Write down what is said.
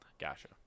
Gotcha